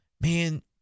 man